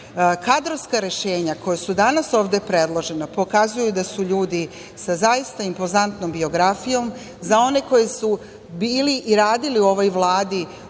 Kadrovska rešenja koja su danas ovde predložena pokazuju da su ljudi sa zaista impozantnom biografijom. Za one koji su bili i radili u ovoj Vladi od 2014.